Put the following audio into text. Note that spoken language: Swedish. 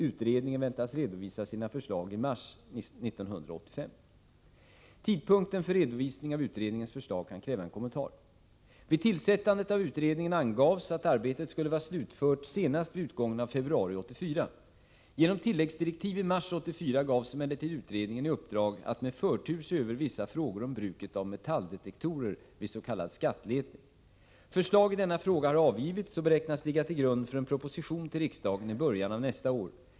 Utredningen väntas redovisa sina förslag i mars 1985. Tidpunkten för redovisning av utredningens förslag kan kräva en kommentar. Vid tillsättandet av utredningen angavs att arbetet skulle vara slutfört senast vid utgången av februari 1984. Genom tilläggsdirektiv i mars 1984 gavs emellertid utredningen i uppdrag att med förtur se över vissa frågor om bruket av metalldetektorer vid s.k. skattletning. Förslag i denna fråga har avgivits och beräknas ligga till grund för en proposition till riksdagen i början av nästa år.